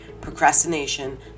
procrastination